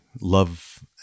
love